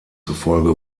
zufolge